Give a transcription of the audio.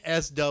SW